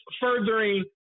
furthering